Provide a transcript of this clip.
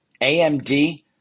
AMD